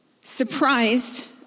Surprised